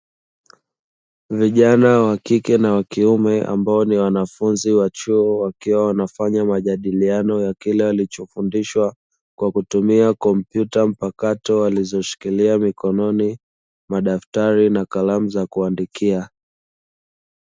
Vijana wa kike na wa kiume ambao ni wanafunzi wa chuo wakiwa wanafanya majadiliano ya kile walichofundishwa kwa kutumia: kompyuta mpakato walizoshikilia mikononi, madaftari na kalamu za kuandikia.